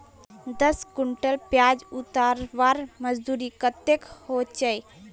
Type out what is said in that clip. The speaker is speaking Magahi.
दस कुंटल प्याज उतरवार मजदूरी कतेक होचए?